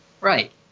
Right